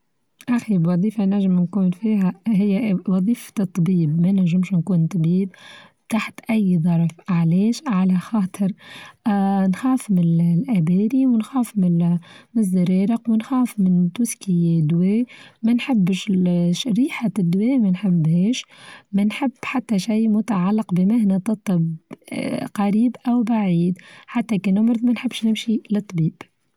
أخيب وظيفة نچم نكون فيها هي وظيفة الطبيب، ما نچمش نكون طبيب تحت أي ظرف علاش على خاطر آآ نخاف من الأبارى ونخاف من الزريرق ونخاف من توسكى دوا ما نحبش الشريحة الدوا منحبهاش ما نحب حتى شي متعلق بمهنة الطب قريب أو بعيد حتى كل ما نمرض منحبش نمشي للطبيب.